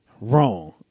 wrong